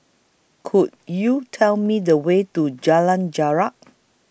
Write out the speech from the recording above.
Could YOU Tell Me The Way to Jalan Jarak